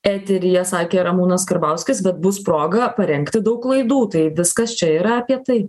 eteryje sakė ramūnas karbauskis bet bus proga parengti daug klaidų tai viskas čia yra apie tai